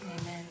amen